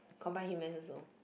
combined humans also